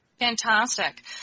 Fantastic